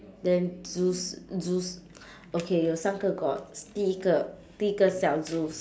then zeus zeus okay 有三个 gods 第一个第一个小 zues